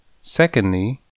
Secondly